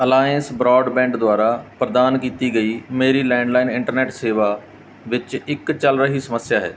alliance Broadband ਦੁਆਰਾ ਪ੍ਰਦਾਨ ਕੀਤੀ ਗਈ ਮੇਰੀ ਲੈਂਡਲਾਈਨ ਇੰਟਰਨੈਟ ਸੇਵਾ ਵਿੱਚ ਇੱਕ ਚੱਲ ਰਹੀ ਸਮੱਸਿਆ ਹੈ